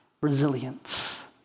resilience